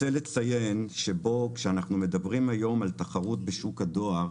אני רוצה לציין שכאשר אנחנו מדברים היום על תחרות בשוק הדואר,